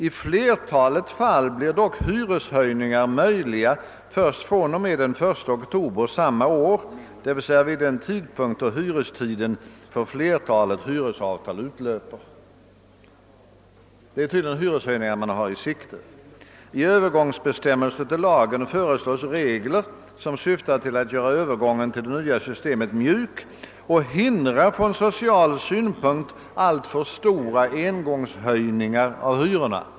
I flertalet fall blir dock hyreshöjningar möjliga först fr.o.m. den 1 oktober samma år, dvs. vid den tidpunkt då hyrestiden för flertalet hyresavtal utlöper.» Det är tydligen hyreshöjningar man har i sikte. »I Öövergångsbestämmelserna till lagen föreslås regler som syftar till att göra övergången till det nya systemet mjuk och hindra från social synpunkt alltför stora engångshöjningar av hyrorna.